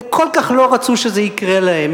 הם כל כך לא רצו שזה יקרה להם.